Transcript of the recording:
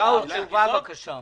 שאול, תשובה, בבקשה.